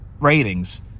ratings